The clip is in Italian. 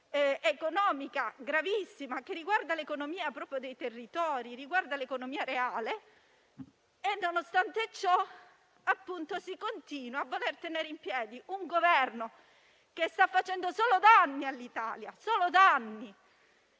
economica gravissima che riguarda l'economia dei territori, l'economia reale. Nonostante ciò, si continua a voler tenere in piedi un Governo che sta facendo solo danni all'Italia e a